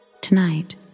Tonight